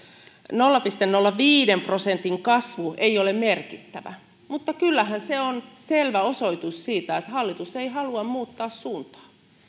nolla pilkku nolla viisi prosentin kasvu ei ole merkittävä mutta kyllähän se on selvä osoitus siitä että hallitus ei halua muuttaa suuntaa